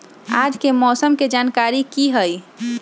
आज के मौसम के जानकारी कि हई?